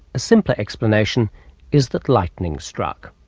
a simpler explanation is that lightning struck.